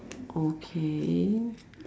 okay